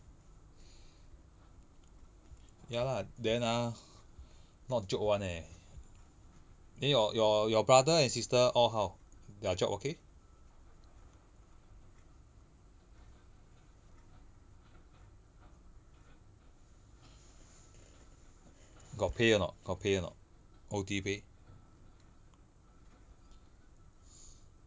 ya lah then ah not joke [one] eh then your your your brother and sister all how their job okay got pay or not got pay or not O_T pay